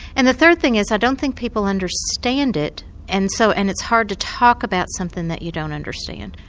and the third thing is i don't think people understand it and so and it's hard to talk about something that you don't understand.